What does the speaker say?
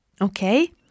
Okay